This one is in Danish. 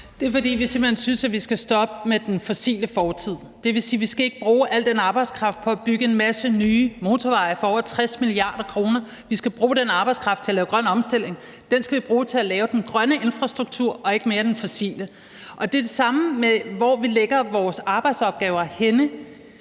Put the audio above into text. vi simpelt hen synes, at vi skal stoppe med den fossile fortid. Det vil sige, at vi ikke skal bruge al den arbejdskraft på at bygge en masse nye motorveje for over 60 mia. kr. Vi skal bruge den arbejdskraft til at lave grøn omstilling. Den skal vi bruge til at lave den grønne infrastruktur og ikke mere af den fossile. Og det er det samme i forhold til, hvor vi lægger vores arbejdsopgaver henne.